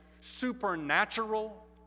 supernatural